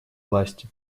власти